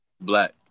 Black